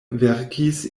verkis